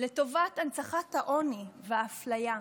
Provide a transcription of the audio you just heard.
לטובת הנצחת העוני והאפליה.